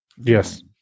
Yes